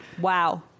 wow